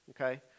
okay